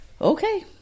okay